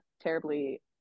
terribly